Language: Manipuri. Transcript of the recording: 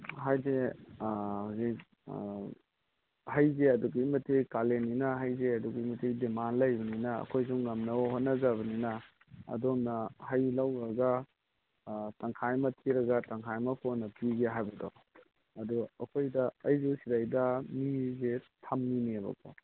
ꯍꯥꯏꯗꯤ ꯍꯧꯖꯤꯛ ꯍꯩꯁꯦ ꯑꯗꯨꯛꯀꯤ ꯃꯇꯤꯛ ꯀꯥꯂꯦꯟꯅꯤꯅ ꯍꯩꯁꯦ ꯑꯗꯨꯛꯀꯤ ꯃꯇꯤꯛ ꯗꯤꯃꯥꯟ ꯂꯩꯕꯅꯤꯅ ꯑꯩꯈꯣꯏꯁꯨ ꯉꯝꯅꯕ ꯍꯣꯠꯅꯖꯕꯅꯤꯅ ꯑꯗꯣꯝꯅ ꯍꯩ ꯂꯧꯒ꯭ꯔꯒ ꯇꯪꯈꯥꯏ ꯑꯃ ꯊꯤꯔꯒ ꯇꯪꯈꯥꯏ ꯑꯃ ꯀꯣꯟꯅ ꯄꯤꯒꯦ ꯍꯥꯏꯕꯗꯣ ꯑꯗꯨ ꯑꯩꯈꯣꯏꯗ ꯑꯩꯁꯨ ꯁꯤꯗꯩꯗ ꯃꯤꯁꯦ ꯊꯝꯃꯤꯅꯦꯕꯀꯣ